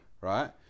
right